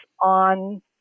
on